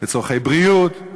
לצורכי בריאות,